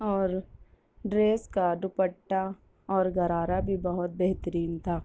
اور ڈریس کا دوپٹہ اور غرارہ بھی بہت بہترین تھا